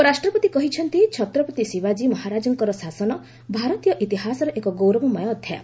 ଉପରାଷ୍ଟ୍ରପତି କହିଛନ୍ତି ଛତ୍ରପତି ଶିବାଜୀ ମହାରାଜଙ୍କର ଶାସନ ଭାରତୀୟ ଇତିହାସର ଏକ ଗୌରବମୟ ଅଧ୍ୟାୟ